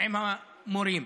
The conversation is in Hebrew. עם המורים,